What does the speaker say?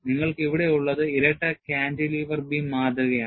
നിങ്ങൾക്ക് ഇവിടെയുള്ളത് ഇരട്ട കാന്റിലിവർ ബീം മാതൃകയാണ്